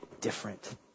different